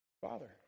Father